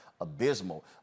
abysmal